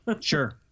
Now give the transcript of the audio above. sure